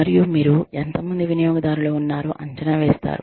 మరియుమీరు ఎంత మంది వినియోగదారులు ఉన్నారో అంచనా వేస్తారు